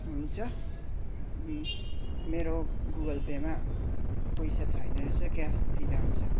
हुन्छ नि मेरो गुगलपेमा पैसा छैन रहेछ क्यास दिँदा हुन्छ